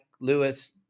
Lewis